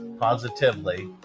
positively